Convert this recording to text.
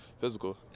physical